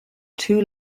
two